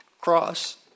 cross